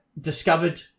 discovered